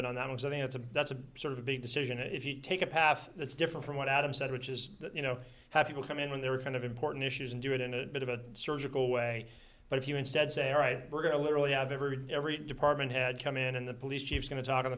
mean that's a that's a sort of a big decision if you take a path that's different from what adam said which is that you know have people come in when they were kind of important issues and do it in a bit of a surgical way but if you instead say all right we're going to literally have every every department had come in and the police chief going to talk o